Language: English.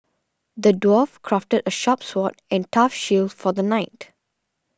the dwarf crafted a sharp sword and a tough shield for the knight